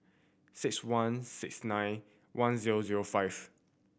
six one six nine one zero zero five